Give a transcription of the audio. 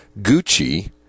Gucci